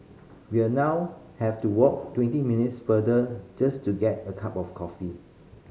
we are now have to walk twenty minutes farther just to get a cup of coffee